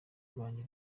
rwanjye